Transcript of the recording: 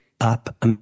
up